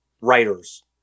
writers